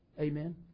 Amen